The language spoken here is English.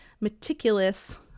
meticulous